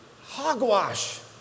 Hogwash